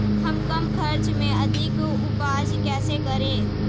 हम कम खर्च में अधिक उपज कैसे करें?